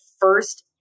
first